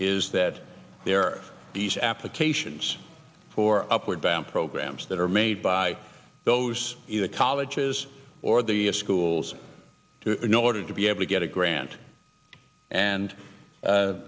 is that there are these applications for upward dam programs that are made by those in the colleges or the schools to you know to be able to get a grant and